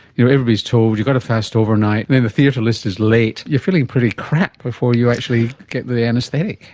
you know, everybody is told you've got to fast overnight, and then the theatre list is late, you are feeling pretty crap before you actually get the anaesthetic.